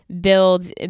build